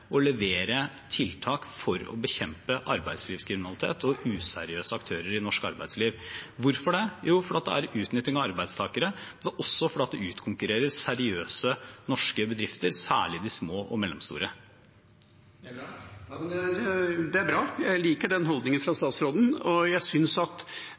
og levere tiltak for å bekjempe arbeidslivskriminalitet og useriøse aktører i norsk arbeidsliv. Hvorfor det? Jo, fordi det er utnytting av arbeidstakere, men også fordi det utkonkurrerer seriøse norske bedrifter, særlig de små og mellomstore. Det er bra, jeg liker den holdningen fra statsråden, og jeg synes at